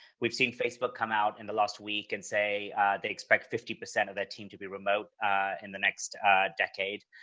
we've seen facebook come out in the last week and say they expect fifty percent of their team to be remote in the next decade,